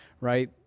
right